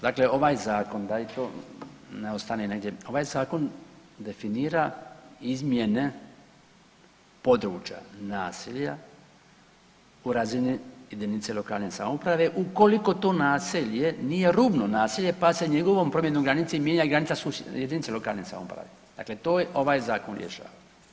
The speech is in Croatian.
Dakle ovaj Zakon, da i to ne ostane negdje, ovaj Zakon definira izmjene područja naselja, u razini jedinice lokalne samouprave ukoliko to naselje nije rubno naselje pa se njegovom promjenom granice mijenja granica susjeda, jedinice lokalne samouprave, dakle to je ovaj Zakon rješava.